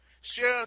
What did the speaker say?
share